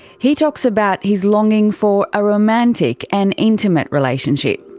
he talks about his longing for a romantic and intimate relationship.